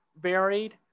varied